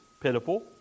pitiful